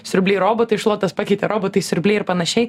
siurbliai robotai šluotas pakeitė robotai siurbliai ir panašiai